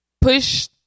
Push